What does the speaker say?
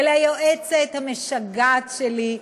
וליועצת המשגעת שלי,